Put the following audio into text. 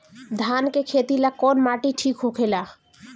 धान के खेती ला कौन माटी ठीक होखेला?